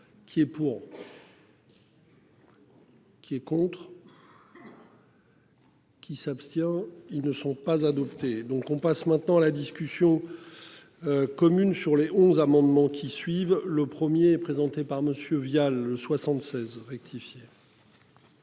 Qui est pour. Qui est contre. Qui s'abstient. Ils ne sont pas adoptés. Donc on passe maintenant la discussion. Commune sur les 11 amendements qui suivent le 1er présenté par Monsieur Vial 76 rectifié.